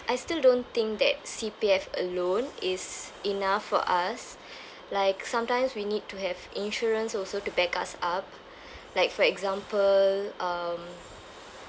I still don't think that C_P_F alone is enough for us like sometimes we need to have insurance also to back us up like for example um